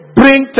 bring